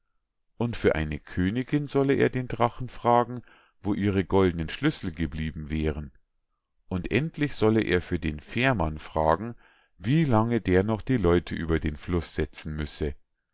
und für eine königinn solle er den drachen fragen wo ihre goldnen schlüssel geblieben wären und endlich solle er für den fährmann fragen wie lange der noch die leute über den fluß setzen müsse